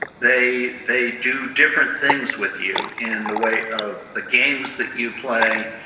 they they do different things with you in the way of the games that you play,